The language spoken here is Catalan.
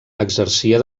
exercia